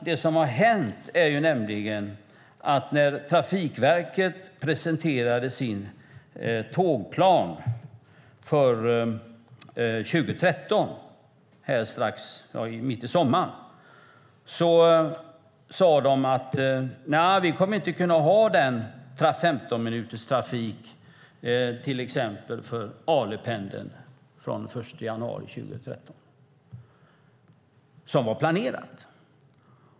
Det som har hänt är nämligen att Trafikverket när de presenterade sin tågplan för 2013, mitt i sommaren, sade: Nja, vi kommer inte att kunna ha den 15-minuterstrafik för till exempel Alependeln från den 1 januari 2013 som var planerat.